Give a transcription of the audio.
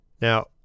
Now